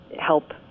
help